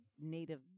Native